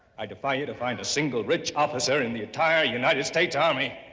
i defy you to find a single rich officer. in the entire united states army.